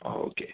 okay